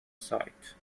sight